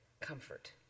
comfort